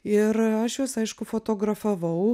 ir aš juos aišku fotografavau